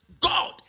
God